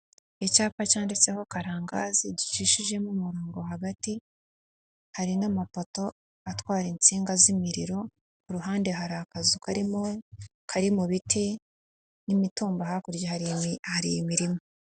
Icyapa cyanditseho Karangazi gicishijemo umurongo hagati, hari n'amapoto atwaye insinga z'imiriro, ku ruhande hari akazu karimo kari mu biti n'imitumba, hakurya hari imirima.